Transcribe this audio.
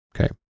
Okay